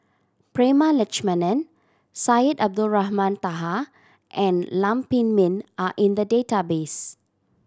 Prema Letchumanan Syed Abdulrahman Taha and Lam Pin Min are in the database